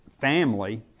family